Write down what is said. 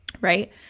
right